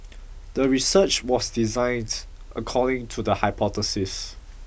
the research was designed according to the hypothesis